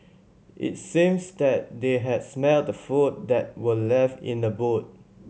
it seems that they had smelt the food that were left in the boot